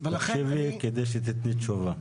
שתקשיבי כדי שתיתני תשובה.